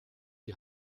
die